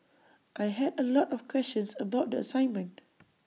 I had A lot of questions about the assignment